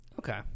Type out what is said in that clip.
okay